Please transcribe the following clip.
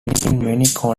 contour